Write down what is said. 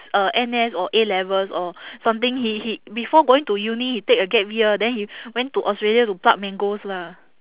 uh N_S or A-levels or something he he before going to uni he take a gap year then he went to australia to pluck mangoes lah